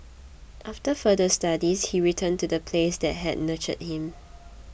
after further studies he returned to the place that had nurtured him